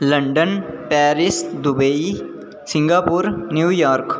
London Paris Dubai Singapore New York